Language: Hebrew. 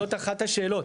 זאת אחת השאלות.